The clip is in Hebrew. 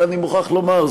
זה אני מוכרח לומר,